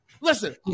Listen